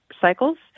cycles